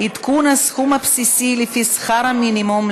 בעד, 20 חברי כנסת, 52 מתנגדים, אין נמנעים.